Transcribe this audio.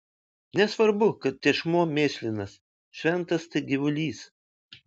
nesvarbu kad tešmuo mėšlinas šventas tai gyvulys